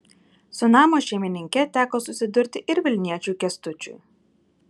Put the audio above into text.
su namo šeimininke teko susidurti ir vilniečiui kęstučiui